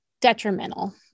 detrimental